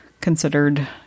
considered